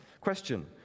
Question